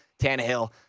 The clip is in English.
Tannehill